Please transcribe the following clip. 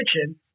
kitchen